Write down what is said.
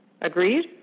Agreed